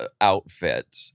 outfit